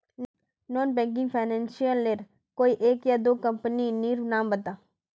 Non banking financial लेर कोई एक या दो कंपनी नीर नाम बता?